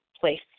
place